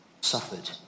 suffered